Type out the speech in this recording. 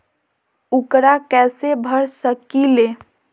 ऊकरा कैसे भर सकीले?